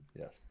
Yes